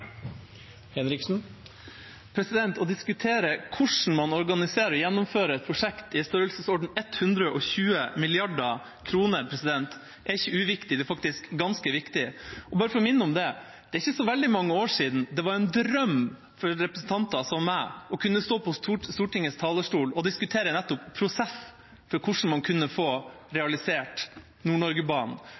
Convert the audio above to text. ikke uviktig, det er faktisk ganske viktig. Og bare for å minne om det: Det er ikke så veldig mange år siden det var en drøm for representanter som meg å kunne stå på Stortingets talerstol og diskutere nettopp prosess for hvordan man kunne få realisert